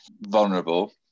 vulnerable